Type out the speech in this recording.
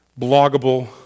bloggable